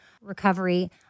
recovery